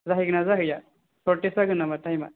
जाहैगोन ना जाहैया शर्टेज जागो नामा टाइम आ